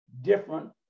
different